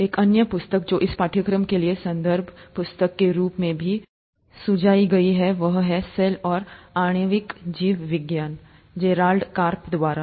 एक अन्य पुस्तक जो इस पाठ्यक्रम के लिए संदर्भ पुस्तक के रूप में भी सुझाई गई है वह है "सेल और आणविक जीवविज्ञान जेराल्ड कार्प द्वारा